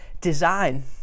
design